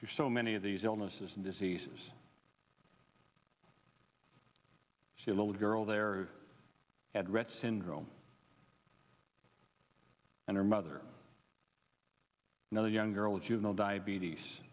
to so many of these illnesses and diseases she a little girl there had read syndrome and her mother another young girl a juvenile diabetes